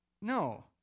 No